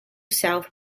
south